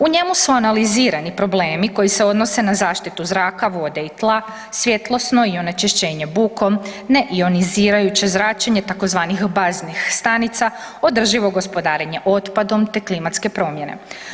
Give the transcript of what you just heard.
U njemu su analizirani problemi koji se odnose na zaštitu zraka, vode i tla, svjetlosno i onečišćenje bukom, neionizirajuće zračenje tzv. baznih stanica, održivo gospodarenje otpadom te klimatske promjene.